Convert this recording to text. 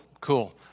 cool